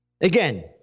Again